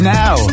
now